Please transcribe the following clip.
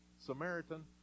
Samaritan